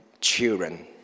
children